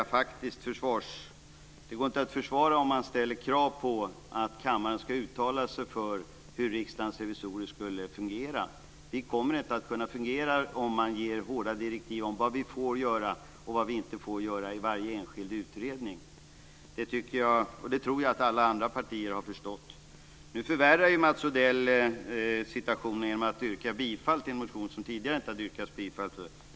Det går inte att försvara om man ställer krav på att kammaren ska uttala sig om hur Riksdagens revisorer ska fungera. Vi kommer inte att kunna fungera om man ger hårda direktiv om vad vi får göra och vad vi inte får göra i varje enskild utredning. Det tror jag att alla andra partier har förstått. Nu förvärrar Mats Odell situationen genom att yrka bifall till en motion som det tidigare inte har yrkats bifall till.